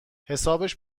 حسابش